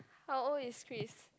how old is Chris